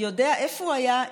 יודע איפה הוא היה,